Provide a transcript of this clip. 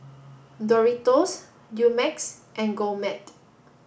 Doritos Dumex and Gourmet